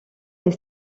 est